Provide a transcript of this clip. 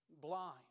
blind